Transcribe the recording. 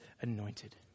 anointed